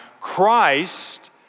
Christ